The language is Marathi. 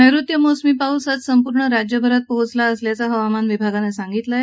नैऋत्य मोसमी पाऊस आज संपूर्ण राज्यभरात पोहोचला असल्याचं हवामान विभागानं सांगितलं आहे